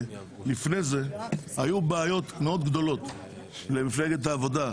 אלא זאת שלפניה - היו בעיות מאוד גדולות למפלגת העבודה,